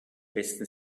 besten